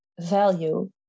value